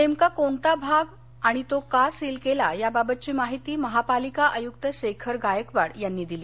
नेमका कोणता भाग आणि तो का सिल केला या बाबतची माहिती महापालिका आयुक्त शेखर गायकवाड यांनी दिली